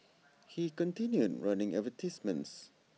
he continued running advertisements